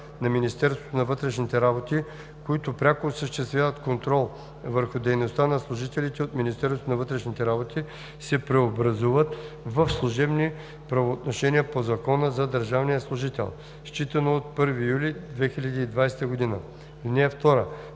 на Министерството на вътрешните работи, които пряко осъществяват контрол върху дейността на служителите от Министерството на вътрешните работи, се преобразуват в служебни правоотношения по Закона за държавния служител, считано от 1 юли 2020 г. (2)